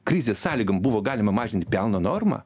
krizės sąlygom buvo galima mažinti pelno normą